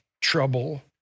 trouble